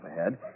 ahead